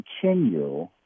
continue